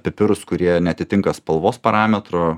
pipirus kurie neatitinka spalvos parametro